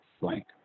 blank